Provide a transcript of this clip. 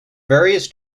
various